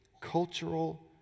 cultural